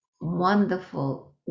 wonderful